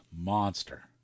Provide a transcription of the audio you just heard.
monster